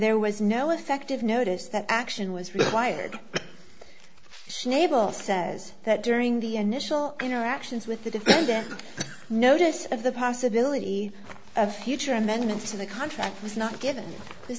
there was no effective notice that action was required she able says that during the initial interactions with the defendant notice of the possibility of future amendments to the contract was not given this